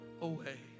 away